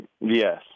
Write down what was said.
Yes